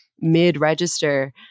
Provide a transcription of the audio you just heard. mid-register